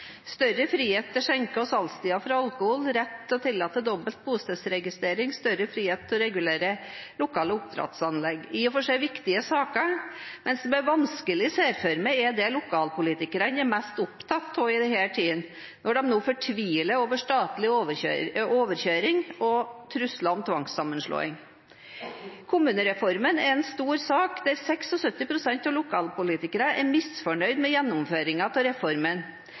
større frihet til å bestemme skjenke- og salgstider for alkohol, rett til å tillate dobbel bostedsregistrering, større frihet til å regulere lokale oppdrettsanlegg – i og for seg viktige saker, men som jeg vanskelig ser for meg er det lokalpolitikerne er mest opptatt av i denne tiden, når de nå fortviler over statlig overkjøring og trusler om tvangssammenslåing. Kommunereformen er en stor sak, og 76 pst. av lokalpolitikerne er misfornøyd med gjennomføringen av reformen.